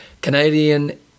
Canadian